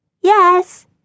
Yes